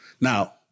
Now